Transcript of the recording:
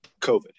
COVID